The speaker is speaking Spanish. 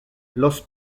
los